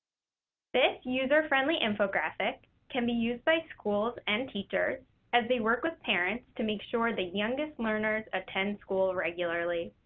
this user-friendly infographic can be used by schools and teachers as they work with parents to make sure the youngest learners attend school regularly.